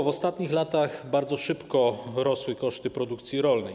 W ostatnich latach bardzo szybko rosły koszty produkcji rolnej.